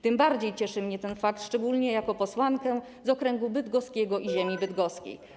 Tym bardziej cieszy mnie ten fakt jako posłankę z okręgu bydgoskiego i ziemi bydgoskiej.